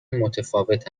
متفاوت